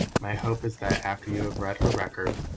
my hope is that after you have read her record,